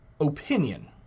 opinion